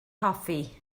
hoffi